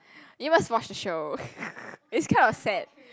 you must watch the show it's kind of sad